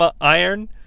Iron